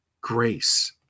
grace